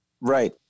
Right